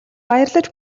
баярлаж